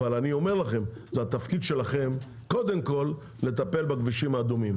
אבל התפקיד שלכם הוא קודם כל לטפל בכבישים האדומים.